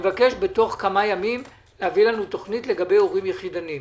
בתוך כמה ימים להביא לנו תוכנית לגבי הורים יחידניים.